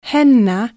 Henna